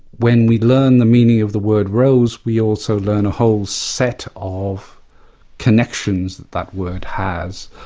when we learn the meaning of the word rose we also learn a whole set of connections that word has,